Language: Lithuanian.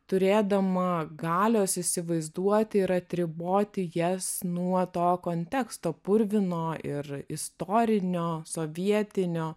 turėdama galios įsivaizduoti ir atriboti jas nuo to konteksto purvino ir istorinio sovietinio